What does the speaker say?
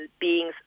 being's